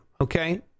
Okay